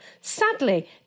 sadly